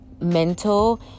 mental